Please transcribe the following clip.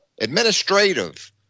administrative